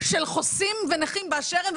של חוסים ונכים באשר הם,